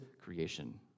creation